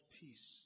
peace